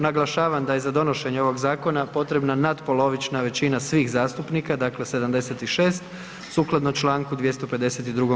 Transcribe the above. Naglašavam da je za donošenje ovog zakona potrebna natpolovična većina svih zastupnika, dakle 76 sukladno čl. 252.